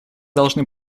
должны